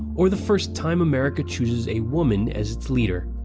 or the first time america chooses a woman as it's leader?